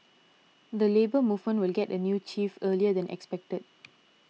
the Labour Movement will get a new chief earlier than expected